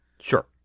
Sure